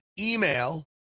email